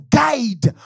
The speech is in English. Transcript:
guide